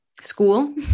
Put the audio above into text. school